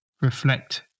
reflect